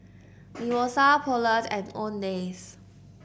Mimosa Poulet and Owndays